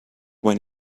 when